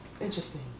Interesting